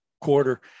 quarter